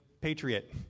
patriot